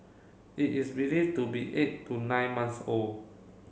it is believed to be eight to nine months old